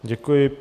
Děkuji.